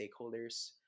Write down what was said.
stakeholders